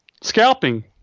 Scalping